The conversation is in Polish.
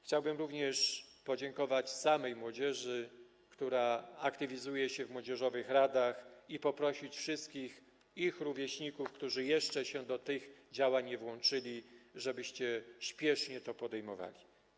Chciałbym również podziękować samej młodzieży, która aktywizuje się w młodzieżowych radach, i poprosić wszystkich jej rówieśników, którzy jeszcze się do tych działań nie włączyli, żeby spiesznie to podejmowali.